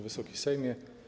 Wysoki Sejmie!